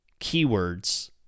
keywords